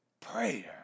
prayer